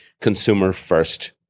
consumer-first